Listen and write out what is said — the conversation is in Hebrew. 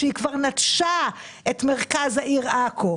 שכבר נטשה את מרכז העיר עכו,